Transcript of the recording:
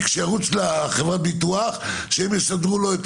שירוץ לחברת הביטוח שהם יסדרו לו,